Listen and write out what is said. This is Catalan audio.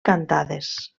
cantates